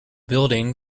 building